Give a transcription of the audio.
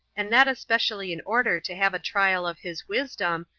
and that especially in order to have a trial of his wisdom,